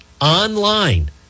online